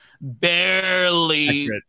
Barely